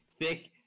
thick